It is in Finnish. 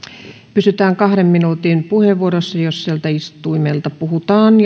pysytään kahden minuutin puheenvuoroissa jos sieltä istuimelta puhutaan